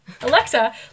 Alexa